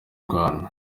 rwanda